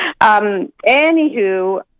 Anywho